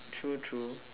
true true